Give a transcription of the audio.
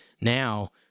now